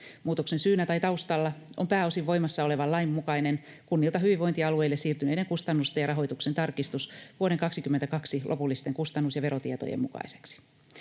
Muutoksen syynä tai taustalla on pääosin voimassa olevan lain mukainen kunnilta hyvinvointialueille siirtyneiden kustannusten ja rahoituksen tarkistus vuoden 2022 lopullisten kustannus- ja verotietojen mukaiseksi.